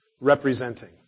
representing